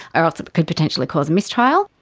ah ah so but could potentially cause a mistrial,